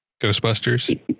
Ghostbusters